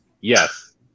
Yes